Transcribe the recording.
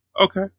okay